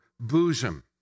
bosom